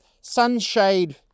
sunshade